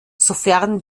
sofern